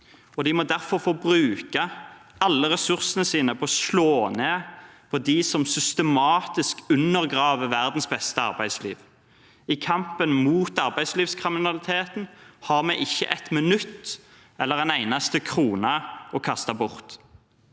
De må derfor få bruke alle ressursene sine på å slå ned på de som systematisk undergraver verdens beste arbeidsliv. I kampen mot arbeidslivskriminaliteten har vi ikke ett minutt eller en eneste krone å kaste bort.